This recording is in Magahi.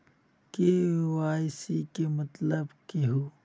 के.वाई.सी के मतलब केहू?